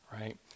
right